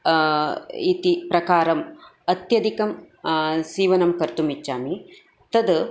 इति प्रकारम् अत्यधिकं सीवनं कर्तुमिच्छामि तत्